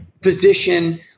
position